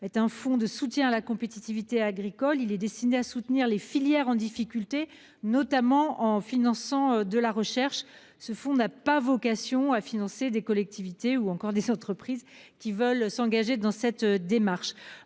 est un fonds de soutien à la compétitivité agricole il est destiné à soutenir les filières en difficulté notamment en finançant de la recherche. Ce fonds n'a pas vocation à financer des collectivités ou encore des entreprises qui veulent s'engager dans cette démarche.